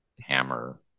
hammer